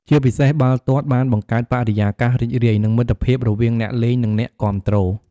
ជាពិសេសបាល់ទាត់បានបង្កើតបរិយាកាសរីករាយ និងមិត្តភាពរវាងអ្នកលេង និងអ្នកគាំទ្រ។